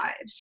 lives